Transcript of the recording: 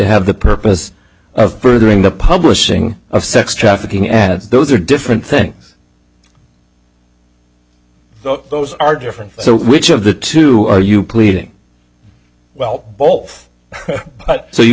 have the purpose of furthering the publishing of sex trafficking at those are different things those are different so which of the two are you pleading well both but so you